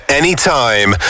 anytime